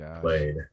played